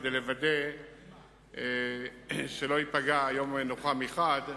כדי לוודא שלא ייפגע יום המנוחה מחד גיסא,